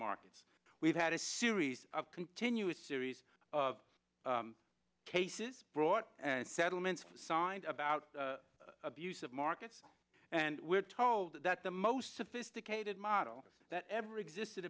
markets we've had a series of continuous series of cases brought settlements signed about abuse of markets and we're told that the most sophisticated model that ever existed